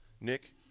Nick